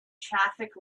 traffic